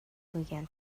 گوگل